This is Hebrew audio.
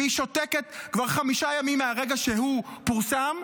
והיא שותקת כבר חמישה ימים מהרגע שהוא פורסם,